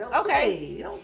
Okay